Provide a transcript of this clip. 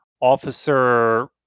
Officer